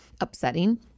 upsetting